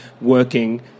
working